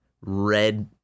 red